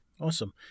awesome